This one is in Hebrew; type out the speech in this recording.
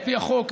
על פי החוק,